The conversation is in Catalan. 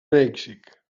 mèxic